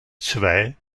zwei